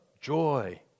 joy